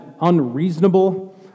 unreasonable